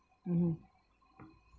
mmhmm